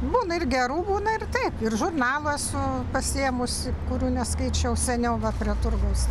būna ir gerų būna ir taip ir žurnalų esu pasiėmusi kurių neskaičiau seniau va prie turgaus